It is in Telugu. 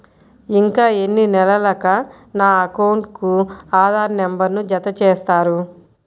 ఇంకా ఎన్ని నెలలక నా అకౌంట్కు ఆధార్ నంబర్ను జత చేస్తారు?